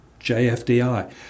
JFDI